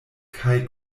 kaj